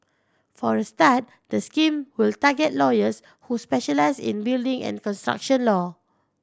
for a start the scheme will target lawyers who specialise in building and construction law